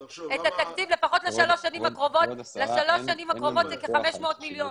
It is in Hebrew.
לפחות לשלוש השנים הקרובות, כ-500 מיליון.